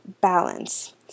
balance